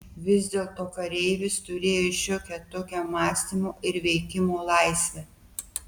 vis dėlto kareivis turėjo šiokią tokią mąstymo ir veikimo laisvę